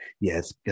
Yes